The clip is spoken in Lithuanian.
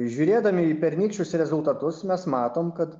žiūrėdami į pernykščius rezultatus mes matom kad